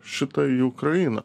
šitą į ukrainą